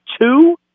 two